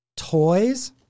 toys